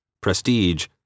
prestige